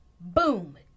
boom